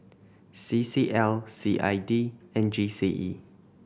C C L C I D and G C E